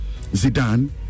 Zidane